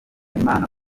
imana